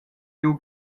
giu